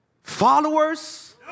followers